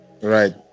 Right